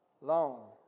long